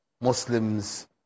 Muslims